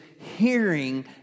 hearing